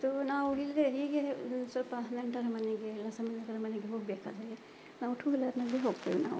so ನಾವು ಹೀಗೆ ಹೀಗೆಯೇ ಸ್ವಲ್ಪ ನೆಂಟರ ಮನೆಗೆ ಇಲ್ಲ ಸಂಬಂಧಿಕರ ಮನೆಗೆ ಹೋಗಬೇಕಾದರೆ ನಾವು ಟೂ ವೀಲರ್ನಲ್ಲೇ ಹೋಗ್ತೇವೆ ನಾವು